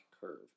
curve